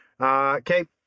Okay